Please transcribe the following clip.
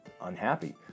unhappy